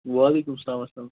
وَعلیکُم سَلام اَسلام